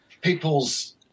people's